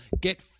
Get